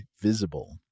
Visible